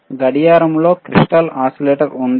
గడియారంలో crystal oscillator ఉందా